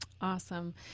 Awesome